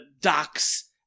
Ducks